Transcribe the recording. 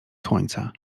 słońca